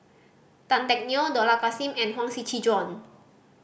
Tan Teck Neo Dollah Kassim and Huang Shiqi Joan